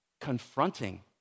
confronting